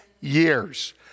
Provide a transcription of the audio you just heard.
years